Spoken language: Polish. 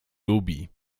lubi